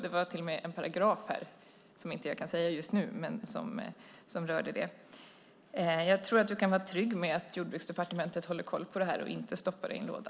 Det var till och med en paragraf, som jag inte kan nämna nu, som rörde det. Jag tror att vi kan vara trygga med att Jordbruksdepartementet håller koll på detta och inte stoppar det i en låda.